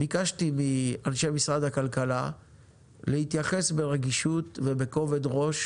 ביקשתי מאנשי משרד הכלכלה להתייחס ברגישות ובכובד ראש